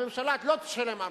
הממשלה לא תשלם ארנונה.